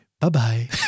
Bye-bye